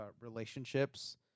relationships